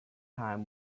time